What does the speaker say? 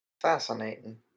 Fascinating